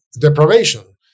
deprivation